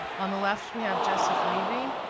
on the left we have joseph levy,